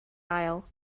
aisle